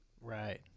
Right